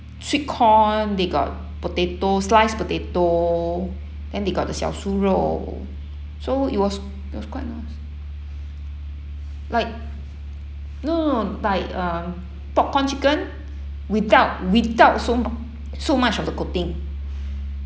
sweet corn they got potato sliced potato and they got the xiaosurou so it was quite it was quite nice like no no no like uh popcorn chicken without without so so much of the coating